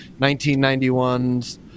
1991's